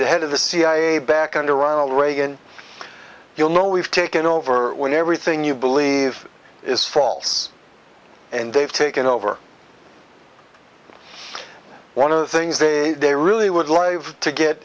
the head of the cia back under ronald reagan you'll know we've taken over when everything you believe is false and they've taken over one of the things they they really would live to get